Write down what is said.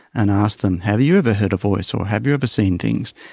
and asked them have you ever heard a voice or have you ever seen things.